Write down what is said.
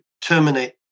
terminate